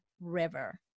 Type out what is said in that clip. River